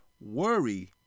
worry